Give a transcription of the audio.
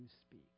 speak